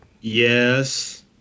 Yes